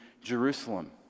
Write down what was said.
Jerusalem